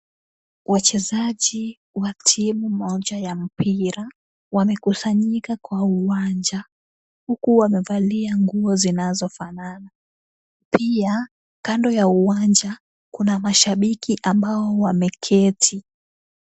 Wachezaji wa timu moja ya mpira, wamekusanyika kwa uwanja, huku wamevalia nguo zinazofanana. Pia, kando ya uwanja, kuna mashabiki ambao wameketi.